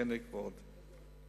חנק ועוד.